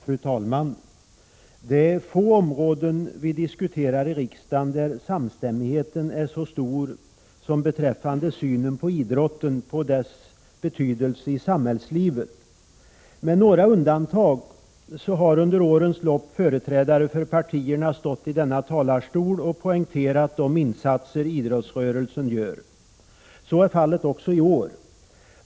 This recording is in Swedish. Fru talman! På få områden som vi diskuterar i riksdagen är samstämmigheten så stor som beträffande synen på idrotten och dess betydelse i samhällslivet. Med några undantag har under årens lopp företrädare för partierna stått i denna talarstol och poängterat idrottsrörelsens insatser. Så är fallet också i år.